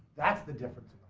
that's the difference